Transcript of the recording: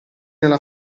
nella